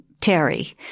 Terry